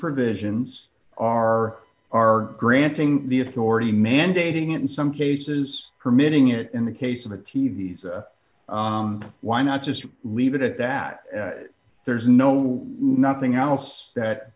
provisions are our granting the authority mandating it in some cases permitting it in the case of a t v why not just leave it at that there's no nothing else that